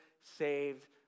saved